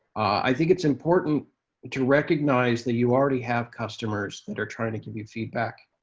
i think it's important to recognize that you already have customers that are trying to give you feedback,